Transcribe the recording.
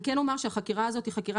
אני כן אומר שהחקירה הזאת היא חקירה